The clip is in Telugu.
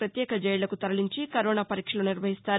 పత్యేక జైక్లకు తరలించి కరోనా పరీక్షలు నిర్వహించనున్నారు